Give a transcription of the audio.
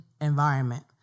environment